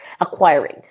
acquiring